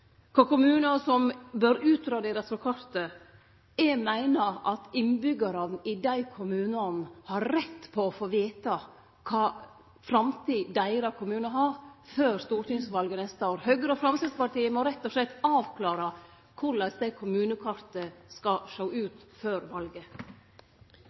kva for kommunar som bør utraderast frå kartet. Eg meiner at innbyggjarane i dei kommunane har rett på å få vete kva framtid deira kommune har før stortingsvalet neste år. Høgre og Framstegspatiet må rett og slett avklare korleis det kommunekartet skal sjå ut